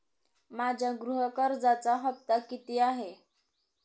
माझ्या गृह कर्जाचा हफ्ता किती आहे?